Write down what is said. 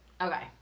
okay